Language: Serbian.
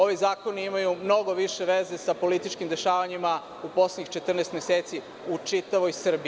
Ovi zakoni imaju mnogo više veze sa političkim dešavanjima u poslednjih 14 meseci u čitavoj Srbiji.